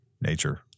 nature